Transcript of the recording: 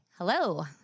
hello